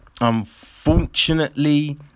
unfortunately